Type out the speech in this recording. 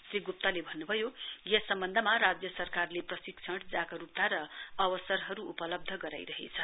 श्री गुप्तले भन्नुभयो यस सम्वन्धमा राज्य सरकारले प्रशिक्षण जागरूकता र अवसरहरू उपलब्ध गराइरहेछ